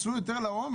תיכנסו יותר לעומק,